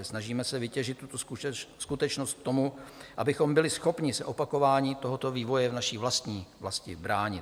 Snažíme se vytěžit tuto skutečnost k tomu, abychom byli schopni se opakování tohoto vývoje v naší vlastní vlasti bránit.